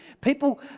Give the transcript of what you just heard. People